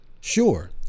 Sure